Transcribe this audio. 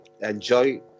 enjoy